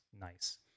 nice